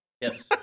Yes